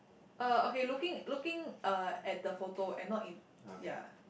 uh okay looking looking uh at the photo and not in ya